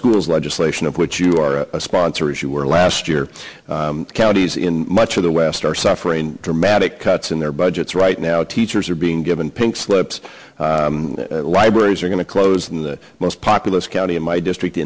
schools legislation of which you are a sponsor as you were last year counties in much of the west are suffering dramatic cuts in their budgets right now teachers are being given pink slips libraries are going to close in the most populous county in my district